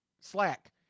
slack